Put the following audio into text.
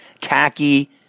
tacky